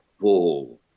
full